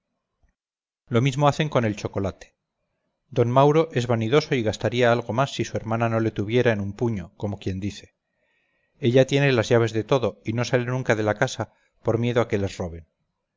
lo mismo hacen con el chocolate d mauro es vanidoso y gastaría algo más si su hermana no le tuviera en un puño como quien dice ella tiene las llaves de todo y no sale nunca de casa por miedo a que les roben